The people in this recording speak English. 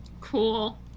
Cool